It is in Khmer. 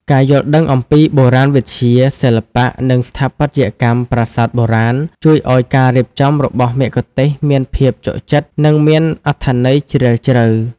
ការយល់ដឹងអំពីបុរាណវិទ្យា សិល្បៈ និងស្ថាបត្យកម្មប្រាសាទបុរាណ ជួយឱ្យការរៀបរាប់របស់មគ្គុទ្ទេសក៍មានភាពជក់ចិត្ត និងមានអត្ថន័យជ្រាលជ្រៅ។